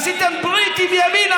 עשיתם ברית עם ימינה,